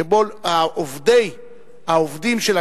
שכל העובדים של הקבלן,